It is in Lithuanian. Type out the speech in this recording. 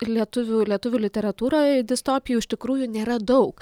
lietuvių lietuvių literatūroj distopijų iš tikrųjų nėra daug